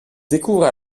découvrent